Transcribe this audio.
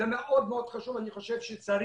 היא מאוד מאוד חשובה ואני חושב שחשוב,